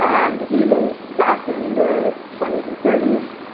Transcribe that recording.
and even back in the twenty s and thirty s,